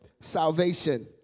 salvation